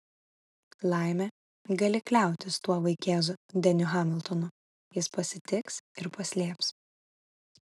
laimė gali kliautis tuo vaikėzu deniu hamiltonu jis pasitiks ir paslėps